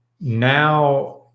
now